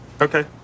Okay